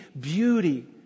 beauty